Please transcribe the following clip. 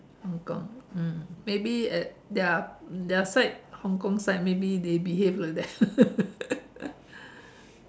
Hong-Kong mm maybe at their their side Hong-Kong side maybe they behave like that